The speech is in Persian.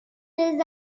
زنان